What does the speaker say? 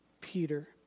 Peter